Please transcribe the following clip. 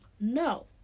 No